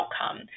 outcome